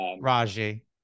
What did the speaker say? Raji